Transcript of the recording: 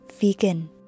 vegan